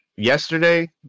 Yesterday